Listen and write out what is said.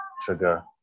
trigger